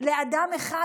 לאדם אחד,